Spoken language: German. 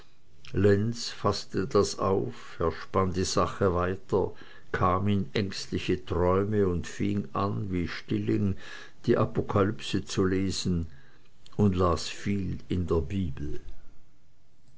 faßte das auf er spann die sache weiter kam in ängstliche träume und fing an wie stilling die apokalypse zu lesen und las viel in der bibel